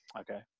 Okay